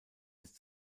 ist